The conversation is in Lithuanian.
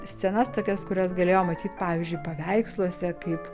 scenas tokias kurias galėjo matyt pavyzdžiui paveiksluose kaip